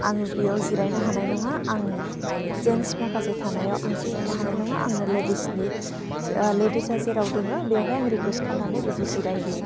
आं बेयाव जिरायनो हानाय नङा आं जेन्टस माखासे थानायाव आं जिरायनो हानाय नङा आंनो लेडिसनि लेडिसआ जेराव दङो बेवहाय आं रिकुयेस्ट खालामनानै बिब्दि जिरायहैयो